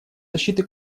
защиты